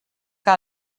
que